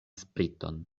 spriton